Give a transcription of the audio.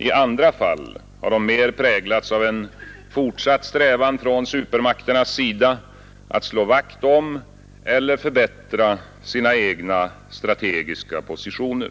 I andra fall har de mer präglats av en fortsatt strävan från supermakternas sida att slå vakt om eller förbättra sina egna strategiska positioner.